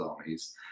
armies